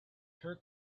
her